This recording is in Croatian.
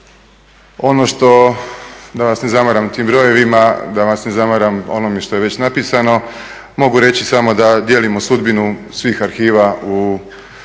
Ono što, da vas ne zamaram tim brojevima, da vas ne zamaram onime što je već napisano, mogu reći samo da dijelimo sudbinu svih arhiva u